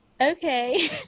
okay